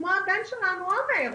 כמו הבן שלנו עומר.